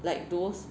like those